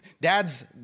Dad's